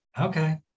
Okay